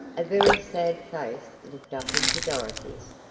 a very sad face looked up into dorothy's.